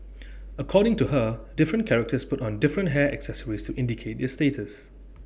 according to her different characters put on different hair accessories to indicate their status